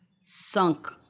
sunk